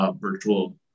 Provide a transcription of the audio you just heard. virtual